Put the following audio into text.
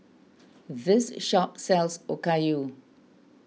this shop sells Okayu